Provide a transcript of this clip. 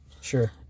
sure